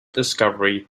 discovery